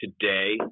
today